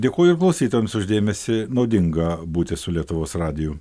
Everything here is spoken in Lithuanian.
dėkoju ir klausytojams už dėmesį naudingą būti su lietuvos radiju